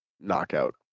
knockout